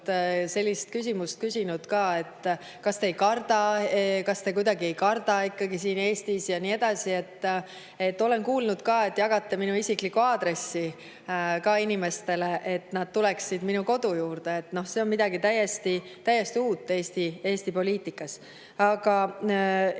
sellist küsimust, et kas te ei karda, kas te kuidagi ei karda ikkagi siin Eestis ja nii edasi. Olen kuulnud ka, et te jagate minu isiklikku aadressi inimestele, et nad tuleksid minu kodu juurde. See on midagi täiesti uut Eesti poliitikas. Aga